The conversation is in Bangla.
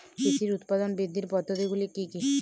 কৃষির উৎপাদন বৃদ্ধির পদ্ধতিগুলি কী কী?